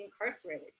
incarcerated